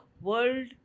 World